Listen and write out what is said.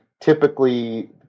typically